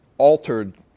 altered